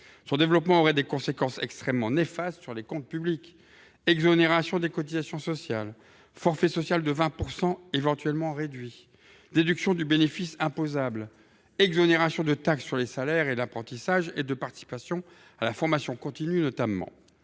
Son développement aurait des conséquences extrêmement néfastes sur les comptes publics : exonération des cotisations sociales, forfait social de 20 % éventuellement réduit, déduction du bénéfice imposable, exonération de taxe sur les salaires, de taxe d’apprentissage et de participation à la formation continue, etc.